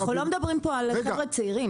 אנחנו לא מדברים פה על חבר'ה צעירים.